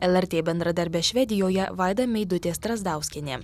lrt bendradarbė švedijoje vaida meidutė strazdauskienė